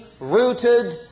rooted